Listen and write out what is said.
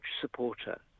supporter